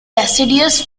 deciduous